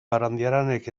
barandiaranek